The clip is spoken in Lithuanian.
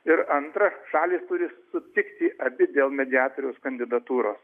ir antra šalys turi sutikti abi dėl mediatoriaus kandidatūros